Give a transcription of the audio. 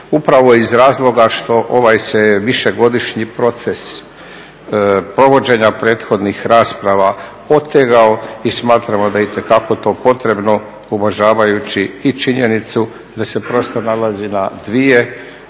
upravo iz razloga što ovaj se višegodišnji proces provođenja prethodnih rasprava otegao i smatramo da je itekako to potrebno uvažavajući i činjenicu da se prostor nalazi na